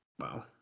Wow